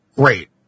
Great